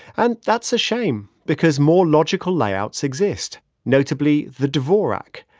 and that's a shame because more logical layouts exist notably, the dvorak,